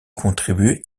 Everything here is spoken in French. contribué